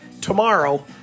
tomorrow